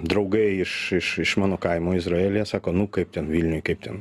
draugai iš iš iš mano kaimo izraelyje sako nu kaip ten vilniuj kaip ten